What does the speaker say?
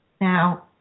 Now